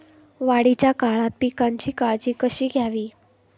वाढीच्या काळात पिकांची काळजी कशी घ्यावी?